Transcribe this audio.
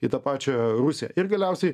į tą pačią rusiją ir galiausiai